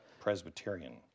Presbyterian